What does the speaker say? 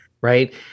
right